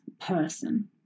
Person